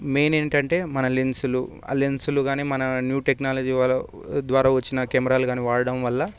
main ఏంటంటే మన లెన్సులు ఆ లెన్సులు గానీ మన న్యూ టెక్నాలజీ ద్వారా వచ్చిన కెమెరాలు వాడటం వల్ల